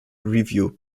review